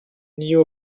knew